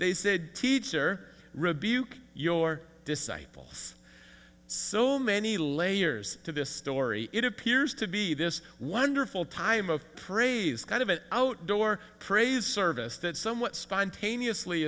they said teacher rebuke your disciples so many layers to this story it appears to be this wonderful time of praise kind of an outdoor praise service that somewhat spontaneously